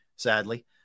Sadly